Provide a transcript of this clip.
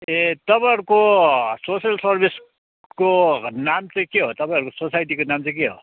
ए तपाईँहरूको सोसियल सर्विसको नाम चाहिँ के हो तपाईँहरूको सोसाइटीको नाम चाहिँ के हो